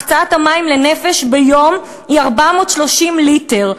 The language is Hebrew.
הקצאת המים לנפש ביום היא 430 ליטר,